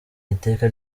iteka